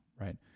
right